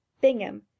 bingham